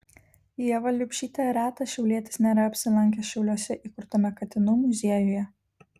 ieva liubšytė retas šiaulietis nėra apsilankęs šiauliuose įkurtame katinų muziejuje